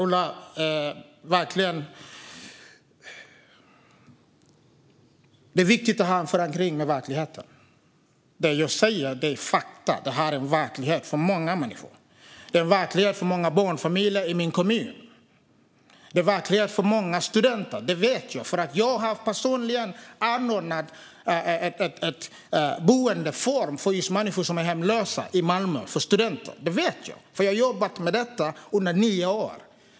Fru talman! Det är viktigt att ha en förankring i verkligheten. Det jag säger är fakta. Det här är verklighet för många människor och för många barnfamiljer i min kommun. Det är verklighet för många studenter. Det vet jag, för jag har personligen anordnat boende för hemlösa studenter i Malmö. Det här vet jag, för jag har jobbat med detta under nio år.